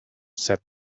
said